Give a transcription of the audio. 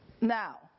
Now